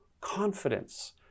confidence